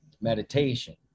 meditation